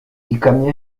ikamyo